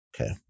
okay